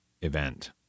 event